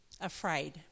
afraid